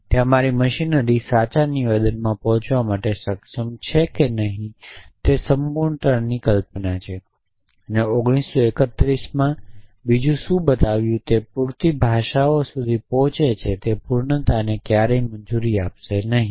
ત્યાં મારી મશીનરી સાચા નિવેદનમાં પહોંચવા માટે સક્ષમ છે કે નહીં તે સંપૂર્ણતાની કલ્પના છે અને 1931 માં બીજું શું બતાવ્યું જે પૂરતી ભાષાઓ સુધી પહોંચે તે પૂર્ણતાને ક્યારેય મંજૂરી આપશે નહીં